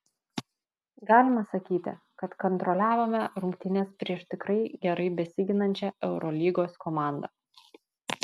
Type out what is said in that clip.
galima sakyti kad kontroliavome rungtynes prieš tikrai gerai besiginančią eurolygos komandą